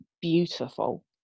Beautiful